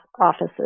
offices